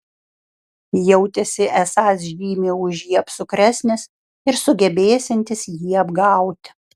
jautėsi esąs žymiai už jį apsukresnis ir sugebėsiantis jį apgauti